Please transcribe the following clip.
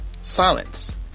silence